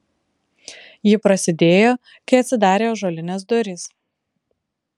ji prasidėjo kai atsidarė ąžuolinės durys